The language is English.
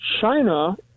China